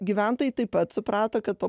gyventojai taip pat suprato kad po